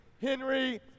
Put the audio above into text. Henry